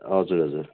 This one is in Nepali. हजुर हजुर